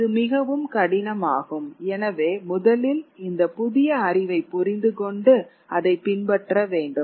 இது மிகவும் கடினமாகும் எனவே முதலில் இந்த புதிய அறிவைப் புரிந்துகொண்டு அதைப் பின்பற்ற வேண்டும்